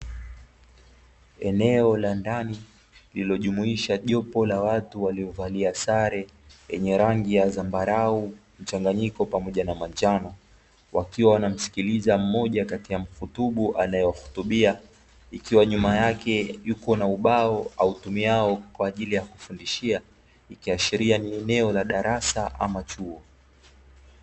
Eneo la ndani lililojumuisha jopo la watu waliovalia sare yenye rangi ya zambarau, mchanganyiko, pamoja na manjano, wakiwa wanamsikiliza mmoja kati ya mhutubu anayewahutubia, ikiwa nyuma yake yuko na ubao autumiao kwa ajili ya kufundishia, ikiashiria ni eneo la darasa ama chuo.